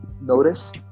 notice